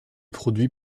produit